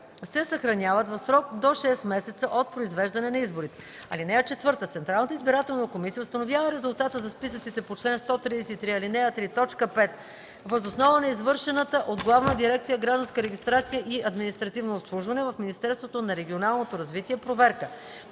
се съхраняват в срок до 6 месеца от произвеждане на изборите. (4) Централната избирателна комисия установява резултата за списъците по чл. 140, ал. 3, т. 6 въз основа на извършената от Главна дирекция „Гражданска регистрация и административно обслужване” в Министерството на регионалното развитие проверка.